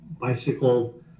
bicycle